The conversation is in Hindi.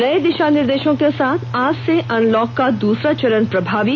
नये दिषा निर्देषों के साथ आज से अनलॉक का दूसरा चरण प्रभावी